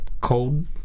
cold